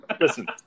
Listen